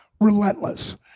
Relentless